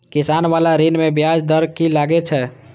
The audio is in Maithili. किसान बाला ऋण में ब्याज दर कि लागै छै?